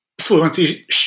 fluency